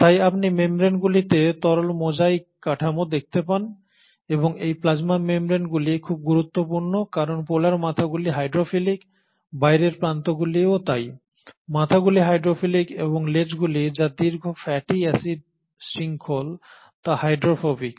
তাই আপনি মেমব্রেনগুলিতে তরল মোজাইক কাঠামো দেখতে পান এবং এই প্লাজমা মেমব্রেনগুলি খুব গুরুত্বপূর্ণ কারণ পোলার মাথাগুলি হাইড্রোফিলিক বাইরের প্রান্তগুলিও তাই মাথাগুলি হাইড্রোফিলিক এবং লেজগুলি যা দীর্ঘ ফ্যাটি অ্যাসিড শৃঙ্খল তা হাইড্রোফোবিক